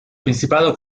principado